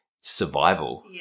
survival